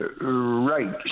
Right